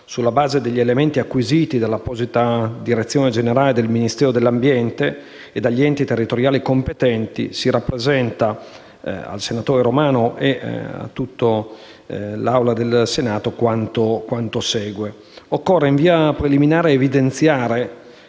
sulla base degli elementi acquisiti dall'apposita direzione generale del Ministero dell'ambiente e dagli enti territoriali competenti, si rappresenta al senatore Romano e all'Assemblea quanto segue. Occorre, in via preliminare, evidenziare